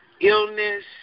illness